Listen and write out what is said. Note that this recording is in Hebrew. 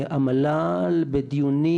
המל"ל בדיונים